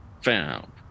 found